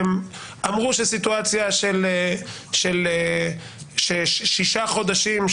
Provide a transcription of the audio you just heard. אמרו שסיטואציה של שישה חודשים,